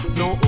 no